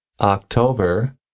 October